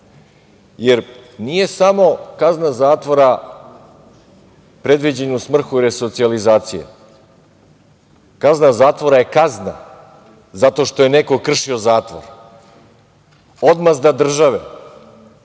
kraj. Nije samo kazna zatvora predviđena u svrhu resocijalizacije. Kazna zatvora je kazna, zato što je neko kršio zatvor, odmazda države